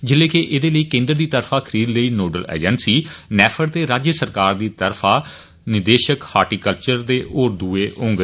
जेल्लै के एहदे लेई केन्द्र दी तरफा खरीद लेई नोडल एजैंसी नेफड ते राज्य सरकार दी तरफा निदेशक हार्टिकल्वर ते होर दुए होगन